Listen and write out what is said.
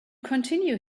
continue